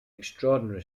extraordinary